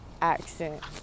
accent